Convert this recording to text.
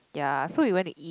ya so we went to eat